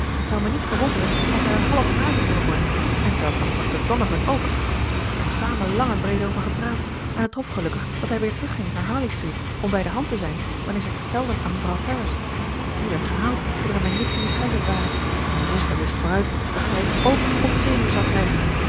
zou mij niet verwonderen als hij er half razend door wordt en dat dacht dr donovan ook we hebben er samen lang en breed over gepraat en het trof gelukkig dat hij weer terugging naar harley street om bij de hand te zijn wanneer ze t vertelden aan mevrouw ferrars want die werd gehaald zoodra mijn nichtjes het huis uit waren en je zuster wist vooruit dat zij t k op de zenuwen zou krijgen